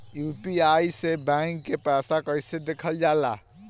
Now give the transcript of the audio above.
UPI से bank के पैसा कैसे देखल जाला?